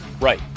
Right